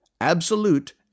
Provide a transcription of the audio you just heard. absolute